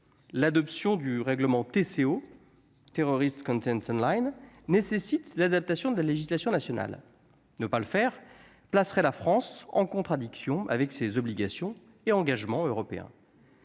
l'adoption du règlement TCO terroriste contiennent Line nécessite l'adaptation de la législation nationale, ne pas le faire, placerait la France en contradiction avec ses obligations et engagements européens.